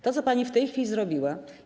To, co pani w tej chwili zrobiła.